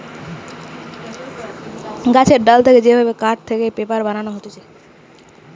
গাছের ডাল থেকে যে ভাবে কাঠ থেকে পেপার বানানো হতিছে